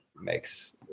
makes